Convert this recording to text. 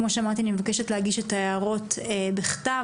כאמור, אבקש להגיש את ההערות בכתב.